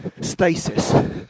stasis